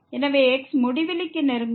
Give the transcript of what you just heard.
எனவே x முடிவிலிக்கு நெருங்கும்போது